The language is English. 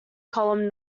column